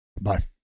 Bye